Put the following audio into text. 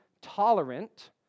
tolerant